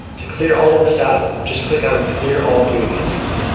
to clear all of this out, just click on clear all viewing history.